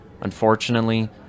Unfortunately